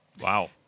Wow